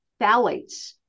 Phthalates